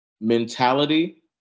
mentality